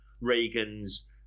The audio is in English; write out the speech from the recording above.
Reagan's